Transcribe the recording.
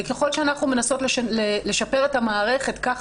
וככל שאנחנו מנסות לשפר את המערכת כך